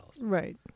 Right